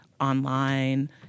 online